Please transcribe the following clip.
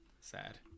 Sad